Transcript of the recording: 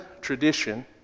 tradition